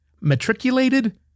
matriculated